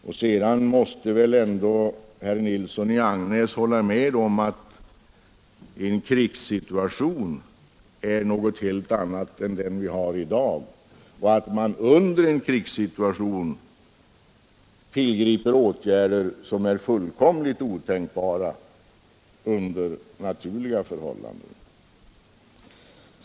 Och herr Nilsson i Agnäs måste väl hålla med om att en krigssituation är något helt annat än den vi har i dag och att man under en krigssituation tillgriper åtgärder som är fullkomligt otänkbara under normala förhållanden.